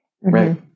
Right